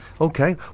Okay